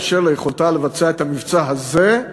באשר ליכולתה לבצע את המבצע הזה,